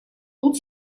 тут